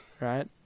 right